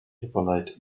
hippolyte